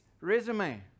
resume